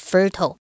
Fertile